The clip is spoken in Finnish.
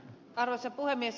arvoisa puhemies